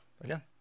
Again